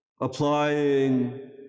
applying